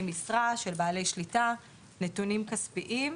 משרה; לגבי בעלי שליטה; על נתונים כספיים.